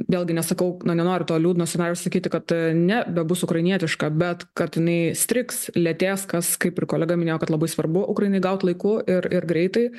vėlgi nesakau na nenoriu to liūdno scenarijaus sakyti kad nebebus ukrainietiška bet kad jinai strigs lėtės kas kaip ir kolega minėjo kad labai svarbu ukrainai gaut laiku ir ir greitai